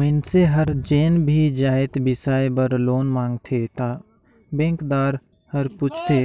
मइनसे हर जेन भी जाएत बिसाए बर लोन मांगथे त बेंकदार हर पूछथे